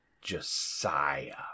Josiah